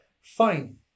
fine